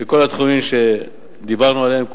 בכל התחומים שדיברנו עליהם,